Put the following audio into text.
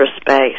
space